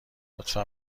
لطفا